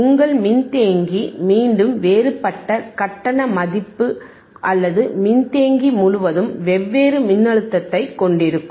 உங்கள் மின்தேக்கி மீண்டும் வேறுபட்ட கட்டண மதிப்பு அல்லது மின்தேக்கி முழுவதும் வெவ்வேறு மின்னழுத்தத்தைக் கொண்டிருக்கும்